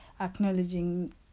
acknowledging